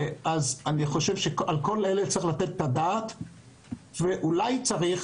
אני חושב שעל כל אלה צריך לתת את הדעת ואולי צריך